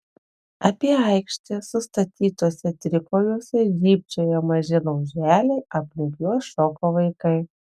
apie aikštę sustatytuose trikojuose žybčiojo maži lauželiai aplink juos šoko vaikai